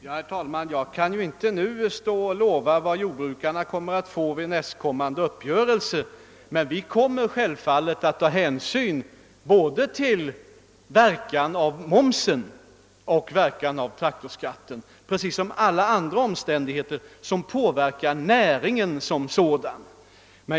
Herr talman! Jag kan inte nu ge några löften om vad jordbrukarna kommer att få vid nästföljande uppgörelse, men vi skall självfallet ta hänsyn till både momsen och traktorskatten precis som till alla andra omständigheter som påverkar näringen som sådan.